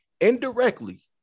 indirectly